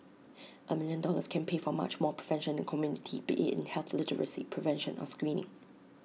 A million dollars can pay for much more prevention in the community be IT in health literacy prevention or screening